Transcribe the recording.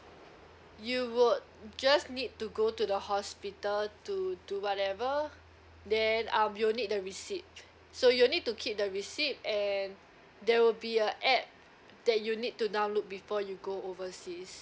you would just need to go to the hospital to do whatever then um you'll need the receipt so you'll need to keep the receipt and there will be a app that you need to download before you go overseas